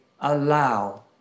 allow